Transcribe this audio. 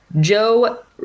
Joe